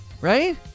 Right